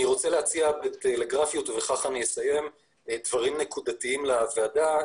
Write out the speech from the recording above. אני רוצה להציע בטלגרפיות כמה דברים נקודתיים לוועדה.